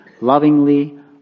lovingly